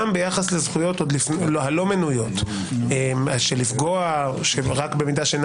גם ביחס לזכויות הלא מנויות של לפגוע רק במידה שאינה